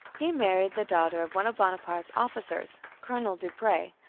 he married the daughter of one of bonaparte's officers, colonel dupre,